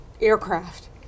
aircraft